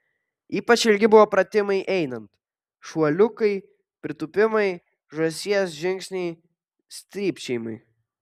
ypač ilgi buvo pratimai einant šuoliukai pritūpimai žąsies žingsniai stypčiojimai